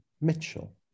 Mitchell